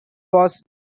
was